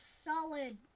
solid